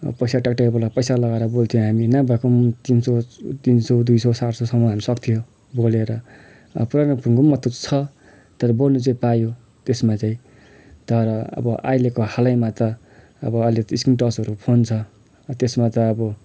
पैसा टकटकेको बेला पैसा लगाएर बोल्थ्यो हामी नभएको पनि तिन सौ दुई सौ सात सौसम्म हामी सक्थ्यौँ बोलेर पुरानो छ तर बोल्नु चाहिँ पायो त्यसमा चाहिँ तर अब अहिलेको हालैमा त अब अहिले त स्क्रिनटचहरू फोन छ त्यसमा त अब